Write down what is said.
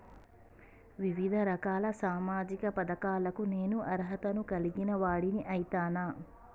వివిధ రకాల సామాజిక పథకాలకు నేను అర్హత ను కలిగిన వాడిని అయితనా?